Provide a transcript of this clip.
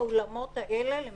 הוא לא עוסק בדיות הראיות,